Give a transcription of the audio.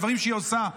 הדברים שהיא עושה,